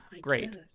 Great